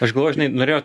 aš galvoju žinai norėjau